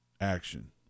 action